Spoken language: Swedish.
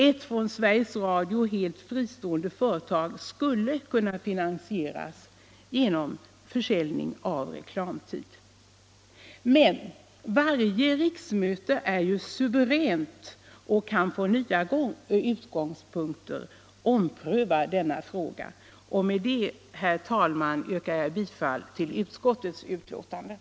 Ett från Sveriges Radio helt fristående företag skulle kunna finansieras genom försäljning av reklamtid. Varje riksmöte är ju suveränt och kan från nya utgångspunkter ompröva denna fråga. Med detta, herr talman, yrkar jag bifall till utskottets hemställan.